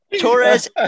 Torres